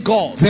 God